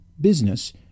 business